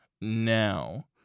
now